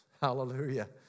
Hallelujah